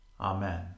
Amen